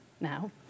now